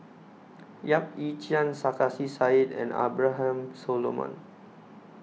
Yap Ee Chian Sarkasi Said and Abraham Solomon